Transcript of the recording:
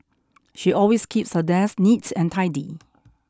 she always keeps her desk neat and tidy